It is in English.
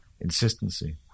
insistency